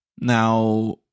Now